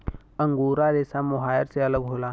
angora रेसा mohair से अलग होला